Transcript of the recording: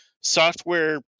software